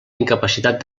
incapacitat